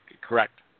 correct